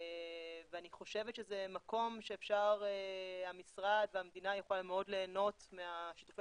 אני חושבת שזה מקום שהמשרד והמדינה יכולה מאוד ליהנות משיתופי